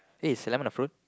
eh is lemon a fruit